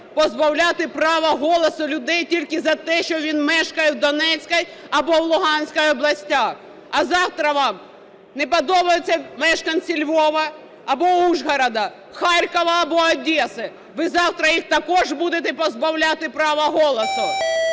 позбавляти права голосу людей тільки за те, що він мешкає у Донецькій або в Луганській областях. А завтра вам не подобаються мешканці Львова або Ужгорода, Харкова або Одеси, ви завтра їх також будете позбавляти права голосу.